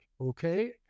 okay